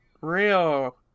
real